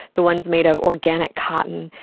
the ones made of organic cotton.